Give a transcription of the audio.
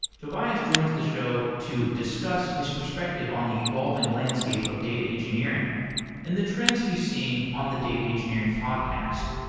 tobias joins the show to discuss his perspective on the evolving landscape of data engineering and the trends he's seeing on the data engineering podcast.